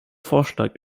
vorschlag